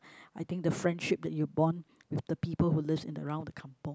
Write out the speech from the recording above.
I think the friendship that you bond with the people who lives in around the kampung